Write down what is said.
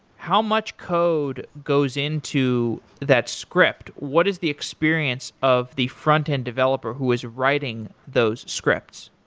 how much code goes into that script? what is the experience of the frontend developer who is writing those scripts?